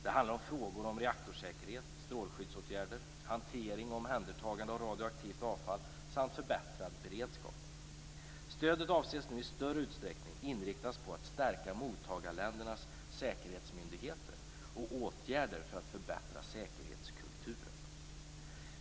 Det handlar om frågor om reaktorsäkerhet, strålskyddsåtgärder, hantering och omhändertagande av radioaktivt avfall samt förbättrad beredskap. Stödet avses nu i större utsträckning inriktas på att stärka mottagarländernas säkerhetsmyndigheter och på åtgärder för att förbättra säkerhetskulturen.